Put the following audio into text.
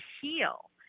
heal